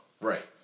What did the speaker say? Right